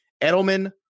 edelman